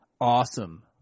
awesome